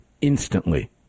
instantly